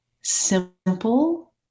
simple